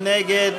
מי נגד?